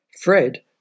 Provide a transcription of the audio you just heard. Fred